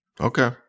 Okay